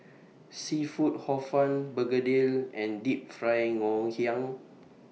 Seafood Hor Fun Begedil and Deep Fried Ngoh Hiang